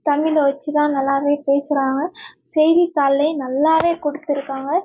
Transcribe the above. தமிழை வச்சு தான் நல்லாவே பேசுகிறாங்க செய்தித்தாள்லேயும் நல்லாவே கொடுத்துருக்காங்க